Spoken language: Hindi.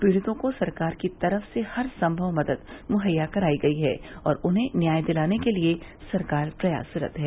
पीड़ितों को सरकार की तरफ से हर संभव मदद मुहैया कराई गई है और उन्हें न्याय दिलाने के लिये सरकार प्रयासरत है